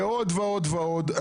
ועוד ועוד ועוד.